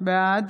בעד